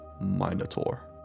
minotaur